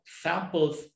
samples